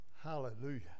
Hallelujah